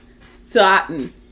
Satin